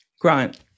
Grant